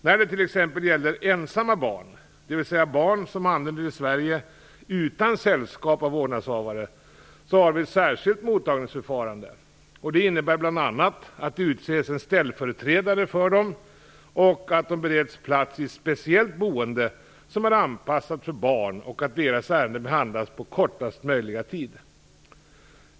När det t.ex. gäller ensamma barn, dvs. barn som anländer till Sverige utan sällskap av vårdnadshavare, har vi ett särskilt mottagningsförfarande. Detta innebär bl.a. att det utses en ställföreträdare för dem, att de bereds plats i speciellt boende som är anpassat för barn och att deras ärenden behandlas på kortaste möjliga tid.